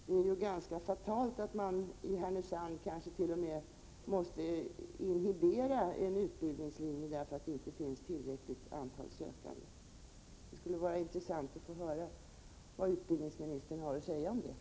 Det är ganska fatalt att man i Härnösand kanske t.o.m. måste inhibera en utbildningslinje därför att det inte finns ett tillräckligt antal sökande. Det skulle vara intressant att få höra vad utbildningsministern har att säga om detta.